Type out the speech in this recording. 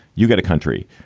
you get a country.